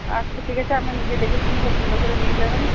আচ্ছা ঠিক আছে আপনারা নিজে দেখে শুনে পছন্দ করে নিয়ে যাবেন